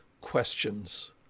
questions